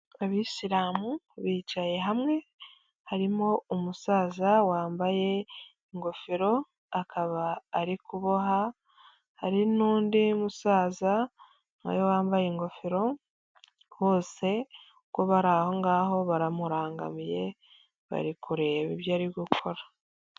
Abisilamu bicaye hamwe, harimo umusaza wambaye ingofero, akaba ari kuboha, hari n'undi musaza na we wambaye ingofero, bose uko bari aho ngaho baramurangamiye, bari kureba ibyo ari gukora.